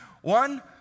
One